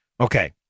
Okay